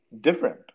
different